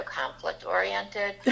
conflict-oriented